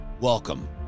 Welcome